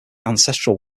ancestral